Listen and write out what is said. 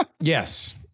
Yes